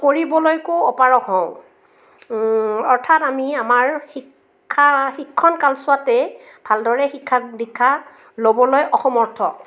কৰিবলৈকো অপাৰগ হওঁ অৰ্থাৎ আমি আমাৰ শিক্ষা শিক্ষন কালছোৱাতে ভালদৰে শিক্ষা দীক্ষা লবলৈ অসমৰ্থ